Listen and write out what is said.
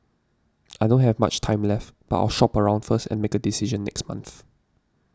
I don't have much time left but I'll shop around first and make a decision next month